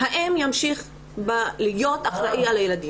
האם הוא ימשיך להיות אחראי על הילדים?